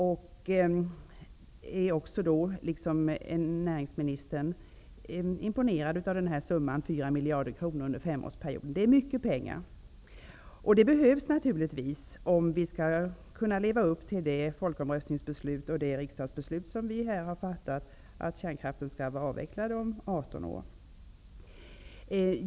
Jag är liksom näringsministern imponerad av summan 4 miljarder kronor under femårsperioden. Det är mycket pengar, och det behövs naturligtvis, om vi skall kunna leva upp till folkomröstningsresultatet och det riksdagsbeslut som vi har fattat om att kärnkraften skall vara avvecklad om 18 år.